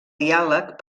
diàleg